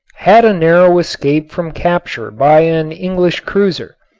had a narrow escape from capture by an english cruiser,